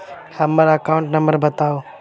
हम्मर account number बताऊ?